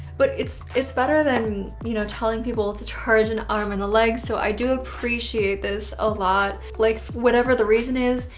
but it's it's better than you know telling people to charge an arm and a leg so i do appreciate this a lot. like whatever the reason is,